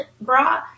bra